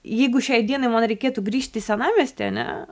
jeigu šiai dienai man reikėtų grįžti į senamiestį ane